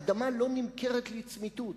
האדמה לא נמכרת לצמיתות.